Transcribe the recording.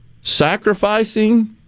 sacrificing